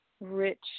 rich